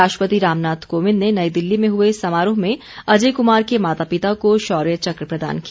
राष्ट्रपति रामनाथ कोविंद ने नई दिल्ली में हुए समारोह में अजय कुमार के माता पिता को शौर्य चक्र प्रदान किया